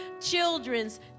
children's